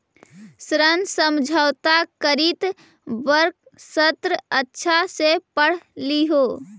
ऋण समझौता करित वक्त शर्त अच्छा से पढ़ लिहें